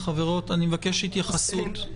אני מבקש התייחסות.